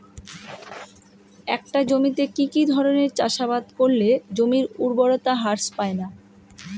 একটা জমিতে কি কি ধরনের চাষাবাদ করলে জমির উর্বরতা হ্রাস পায়না?